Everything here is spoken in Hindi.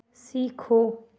सीखो